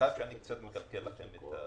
שאני קצת מקלקל לכם.